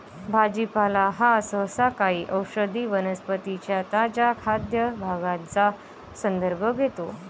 भाजीपाला हा सहसा काही औषधी वनस्पतीं च्या ताज्या खाद्य भागांचा संदर्भ घेतो